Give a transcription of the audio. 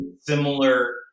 similar